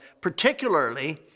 particularly